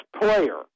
player